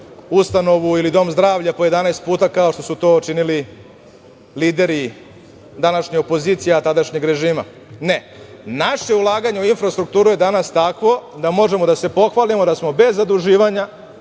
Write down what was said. ustanovu ili dom zdravlja po 11 puta, kao što su to činili lideri današnje opozicije, a tadašnjeg režima. Ne. Naše ulaganje u infrastrukturu je danas takvo da možemo da se pohvalimo da smo bez zaduživanja